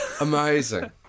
Amazing